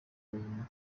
nyuma